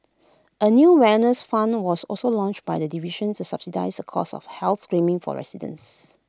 A new wellness fund was also launched by the division to subsidise the cost of health screenings for residents